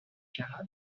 cara